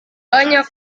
banyak